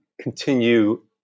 continue